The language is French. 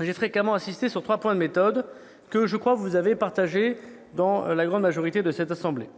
j'ai fréquemment insisté sur trois points de méthode, qui me semblent partagés par la grande majorité de cette assemblée